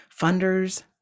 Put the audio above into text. Funders